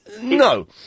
No